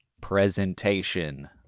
presentation